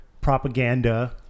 propaganda